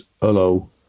hello